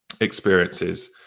experiences